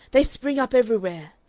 they spring up everywhere.